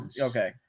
okay